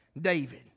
David